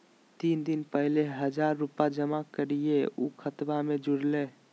तीन दिन पहले हजार रूपा जमा कैलिये, ऊ खतबा में जुरले?